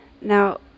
Now